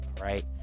right